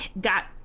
got